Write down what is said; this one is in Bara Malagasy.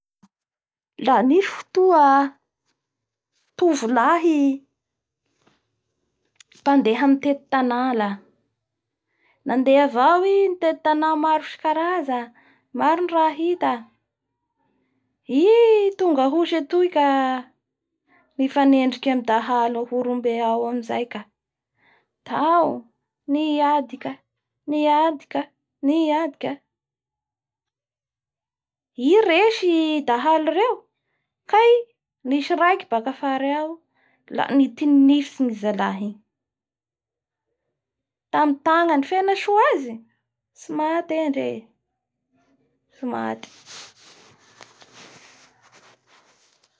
La nahita an'io i zay da tsimaintsy handeha any moa i zay, hijery an'ny harea notondroan'ny raha mijika io ka, tsy ome tsis i zay fa da azony ny harea.